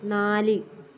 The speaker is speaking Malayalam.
നാല്